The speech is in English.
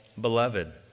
beloved